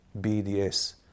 BDS